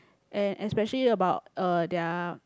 and especially about uh their